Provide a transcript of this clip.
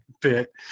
bit